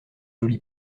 joli